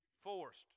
forced